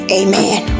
amen